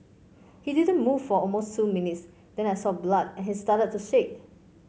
he didn't move for almost two minutes then I saw blood and he started to shake